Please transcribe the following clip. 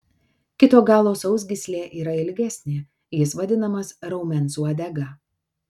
kito galo sausgyslė yra ilgesnė jis vadinamas raumens uodega